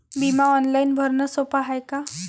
बिमा ऑनलाईन भरनं सोप हाय का?